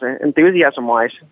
enthusiasm-wise